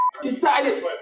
decided